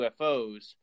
UFOs